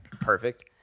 Perfect